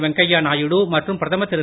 வெங்கையா நாயுடு மற்றும் பிரதமர் திரு